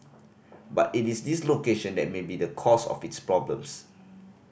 but it is this location that may be the cause of its problems